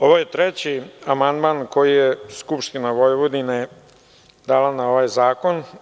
Ovo je treći amandman koji je Skupština Vojvodine dala na ovaj zakon.